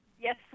Yes